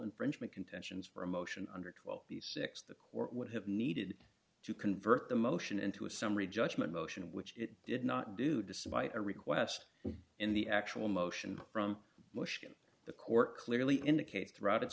infringement contentions for a motion under twelve the six the court would have needed to convert the motion into a summary judgment motion which it did not do despite a request in the actual motion from motion the court clearly indicates